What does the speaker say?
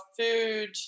food